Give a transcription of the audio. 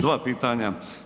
Dva pitanja.